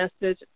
message